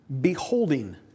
beholding